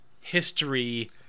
history